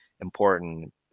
important